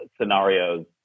scenarios